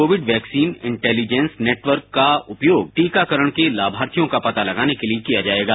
Covid vaccine intelligence network का उपयोग टीकाकरण के लाभार्थियों का पता लगाने के लिए किया जाएगा